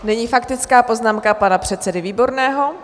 Nyní faktická poznámka pana předsedy Výborného.